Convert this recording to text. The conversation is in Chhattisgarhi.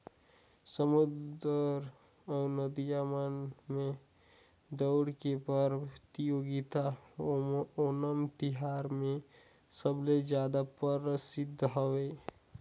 समुद्दर अउ नदिया मन में दउड़ के परतियोगिता ओनम तिहार मे सबले जादा परसिद्ध हवे